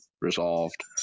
resolved